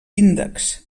índex